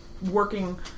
working